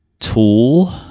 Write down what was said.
Tool